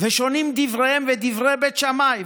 "ושונין דבריהן ודברי בית שמאי,